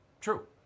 True